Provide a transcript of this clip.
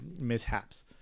mishaps